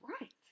right